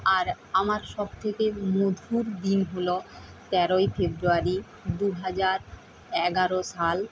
আর আমার সবথেকে মধুর দিন হল তেরোই ফেব্রুয়ারি দু হাজার এগারো সাল